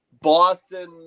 Boston